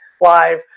live